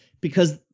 because-